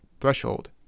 threshold